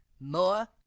more